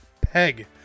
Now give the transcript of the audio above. peg